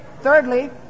Thirdly